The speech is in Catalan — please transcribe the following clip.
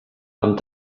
amb